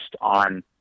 on